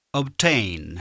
obtain